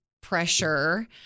pressure